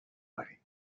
money